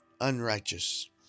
unrighteous